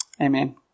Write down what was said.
Amen